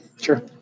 Sure